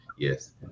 Yes